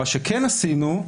מה שכן עשינו,